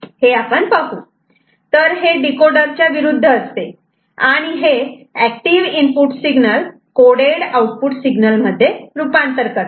तर हे डीकोडर च्या विरुद्ध असते आणि हे active input signal coded output signal मध्ये रुपांतर करते